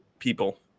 people